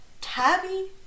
Tabby